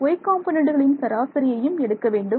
y காம்பொனன்டுகளின் சராசரியையும் எடுக்கவேண்டும்